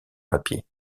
papiers